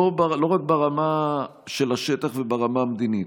לא רק ברמה של השטח וברמה המדינית,